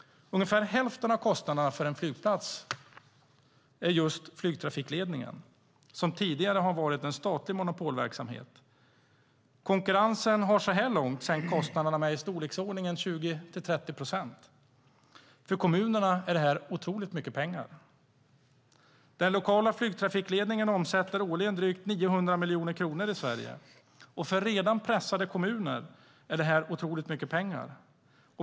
Ungefär hälften av kostnaderna för en flygplats är just flygtrafikledningen, som tidigare har varit en statlig monopolverksamhet. Konkurrensen har så här långt sänkt kostnaderna med 20-30 procent. För kommunerna är det mycket pengar. Den lokala flygtrafikledningen i Sverige omsätter årligen drygt 900 miljoner kronor. För redan pressade kommuner är det som sagt mycket pengar.